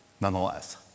nonetheless